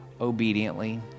obediently